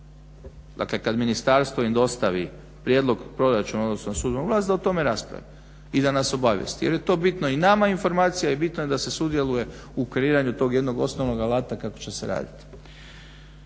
Dakle kad Ministarstvo im dostavi prijedlog proračuna … da o tome raspravi i da nas obavijesti jer je to bitno i nama, informacija je bitna da se sudjeluje u kreiranju tog jednog osnovnog alata kako će se radit.